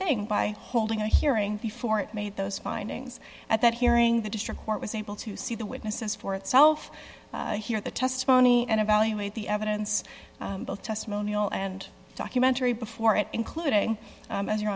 thing by holding a hearing before it made those findings at that hearing the district court was able to see the witnesses for itself hear the testimony and evaluate the evidence both testimonial and documentary before it including